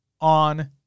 on